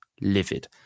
livid